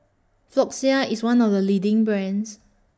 Floxia IS one of The leading brands